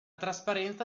trasparenza